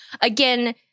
again